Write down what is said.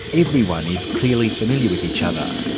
everyone is clearly familiar with each other.